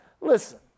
listen